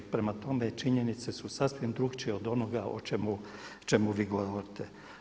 Prema tome, činjenice su sasvim drukčije od onoga o čemu vi govorite.